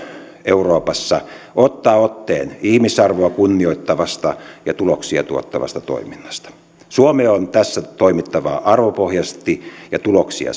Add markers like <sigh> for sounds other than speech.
euroopassa ottaa otteen ihmisarvoa kunnioittavasta ja tuloksia tuottavasta toiminnasta suomen on tässä toimittava arvopohjaisesti ja tuloksia <unintelligible>